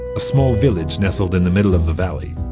a small village nestled in the middle of the valley.